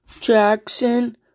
Jackson